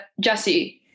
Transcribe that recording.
Jesse